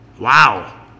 Wow